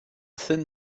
thin